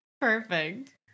Perfect